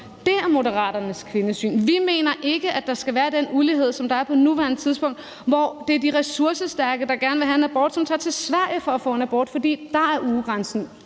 Det er Moderaternes kvindesyn. Vi mener ikke, at der skal være den ulighed, som der er på nuværende tidspunkt, hvor det er de ressourcestærke, der gerne vil have en abort, som tager til Sverige for at få en abort, fordi ugegrænsen